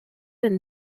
and